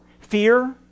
Fear